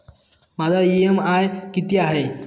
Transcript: माझा इ.एम.आय किती आहे?